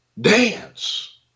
dance